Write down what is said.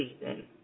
season